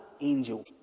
angel